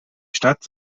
stadt